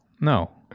No